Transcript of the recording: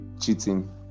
Cheating